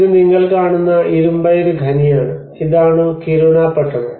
ഇത് നിങ്ങൾ കാണുന്ന ഇരുമ്പയിര് ഖനിയാണ് ഇതാണ് കിരുണ പട്ടണം